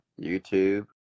YouTube